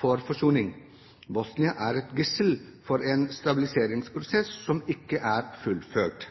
for forsoning. Bosnia er et gissel for en stabiliseringsprosess som ikke er fullført.